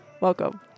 Welcome